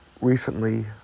recently